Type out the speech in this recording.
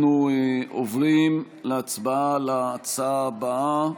אנחנו עוברים להצבעה על ההצעה הבאה,